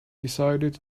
decided